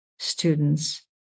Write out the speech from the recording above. students